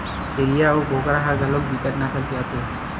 छेरीय अऊ बोकरा ह घलोक बिकट नसल के आथे